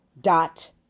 dot